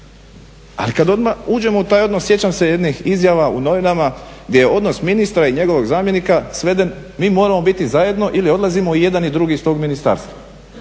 Ali kada uđemo u taj odnos sjećam se jednih izjava u novinama gdje je odnos ministra i njegovog zamjenika sveden mi moramo biti zajedno ili odlazimo i jedan i drugi iz tog ministarstva.